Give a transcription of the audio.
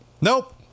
Nope